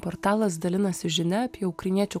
portalas dalinasi žinia apie ukrainiečių